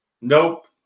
Nope